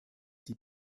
die